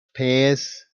pears